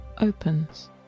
opens